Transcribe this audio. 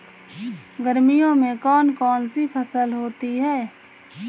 गर्मियों में कौन कौन सी फसल होती है?